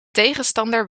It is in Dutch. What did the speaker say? tegenstander